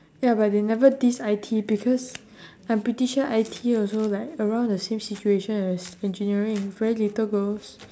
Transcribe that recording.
ya but they never diss I_T because I'm pretty sure I_T also like around the same situation as engineering very little girls